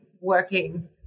working